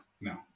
No